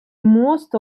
most